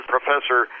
Professor